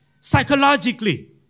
psychologically